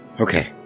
Okay